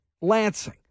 Lansing